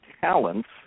talents